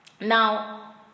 Now